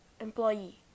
Employee